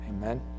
Amen